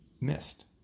missed